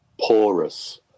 porous